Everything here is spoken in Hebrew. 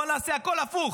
בואו נעשה הכול הפוך,